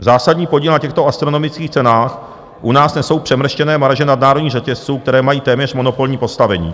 Zásadní podíl na těchto astronomických cenách u nás nesou přemrštěné marže nadnárodních řetězců, které mají téměř monopolní postavení.